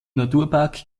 naturpark